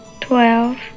Twelve